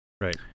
Right